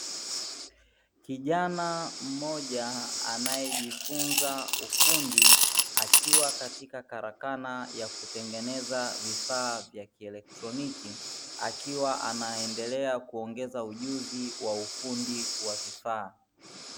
Kijana mmoja anayejifunza ufundi akiwa katika karakana ya kutengeneza vifaa vya kielektroniki, akiwa anaendelea kuongeza ujuzi wa ufundi wa vifaa.